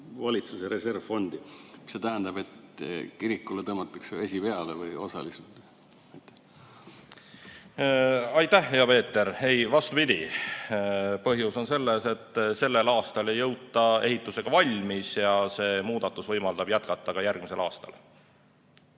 Valitsuse reservfondi. Kas see tähendab, et kirikule tõmmatakse vesi peale, kas või osaliselt? Aitäh, hea Peeter! Ei, vastupidi. Põhjus on selles, et sellel aastal ei jõuta ehitusega valmis ja see muudatus võimaldab jätkata ka järgmisel aastal.